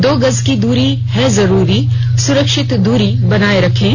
दो गज की दूरी है जरूरी सुरक्षित दूरी बनाए रखें